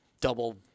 double